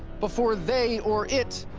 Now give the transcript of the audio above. before they, or it,